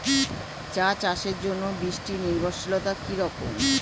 চা চাষের জন্য বৃষ্টি নির্ভরশীলতা কী রকম?